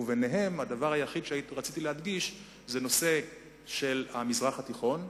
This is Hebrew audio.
וביניהם הדבר היחיד שרציתי להדגיש הוא בנושא של המזרח התיכון: